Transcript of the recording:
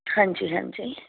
ਹਾਂਜੀ ਹਾਂਜੀ